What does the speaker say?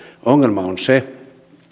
ongelma on se